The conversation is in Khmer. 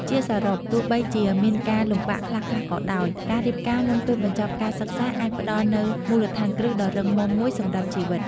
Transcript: ជាសរុប ទោះបីជាមានការលំបាកខ្លះៗក៏ដោយ ការរៀបការមុនពេលបញ្ចប់ការសិក្សាអាចផ្តល់នូវមូលដ្ឋានគ្រឹះដ៏រឹងមាំមួយសម្រាប់ជីវិត ។